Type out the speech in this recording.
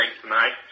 tonight